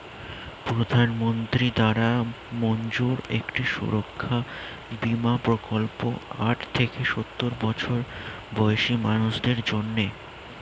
প্রধানমন্ত্রী দ্বারা মঞ্জুর একটি সুরক্ষা বীমা প্রকল্প আট থেকে সওর বছর বয়সী মানুষদের জন্যে